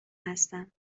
هستم